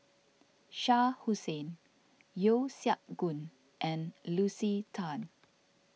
Shah Hussain Yeo Siak Goon and Lucy Tan